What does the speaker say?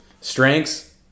Strengths